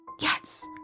Yes